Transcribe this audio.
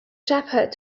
shepherd